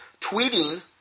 Tweeting